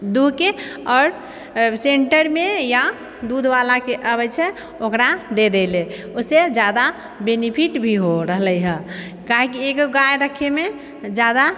दूहके आओर सेन्टरमे यऽ दूधवाला जे आबै छै ओकरा दै देले उससे जादा बेनिफिट भी हो रहले है काहेकि एकगो गाय रख्खेमे जादा